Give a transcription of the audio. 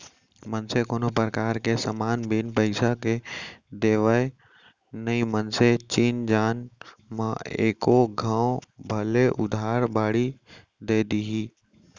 मनसे कोनो परकार के समान बिन पइसा के देवय नई मनसे चिन जान म एको घौं भले उधार बाड़ी दे दिही